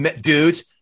dudes